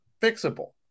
fixable